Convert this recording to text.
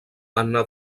anna